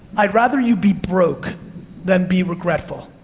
i'd rather you be broke than be regretful.